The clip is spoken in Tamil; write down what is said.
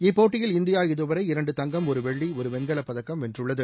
இப்போட்டியில் இந்தியா இதுவரை இரண்டு தங்கம் ஒரு வெள்ளி ஒரு வெண்கலப்பதக்கம் வென்றுள்ளது